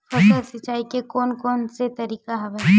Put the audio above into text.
फसल सिंचाई के कोन कोन से तरीका हवय?